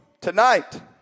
tonight